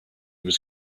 was